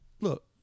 look